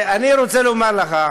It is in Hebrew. אני רוצה לומר לך,